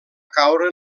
caure